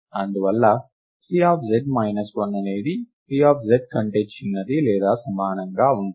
అందువల్ల Cz 1 అనేది Cz కంటే చిన్నది లేదా సమానంగా ఉంటుంది